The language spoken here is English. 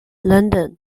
london